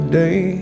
day